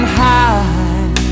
high